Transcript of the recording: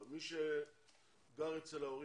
אבל מי שגר אצל ההורים,